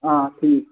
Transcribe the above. آ ٹھیٖک